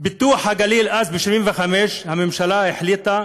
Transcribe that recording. פיתוח הגליל אז, ב-1975, הממשלה החליטה